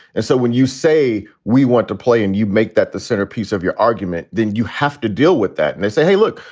and so when you say we want to play and you make that the centerpiece of your argument, then you have to deal with that. and they say, hey, look,